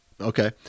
okay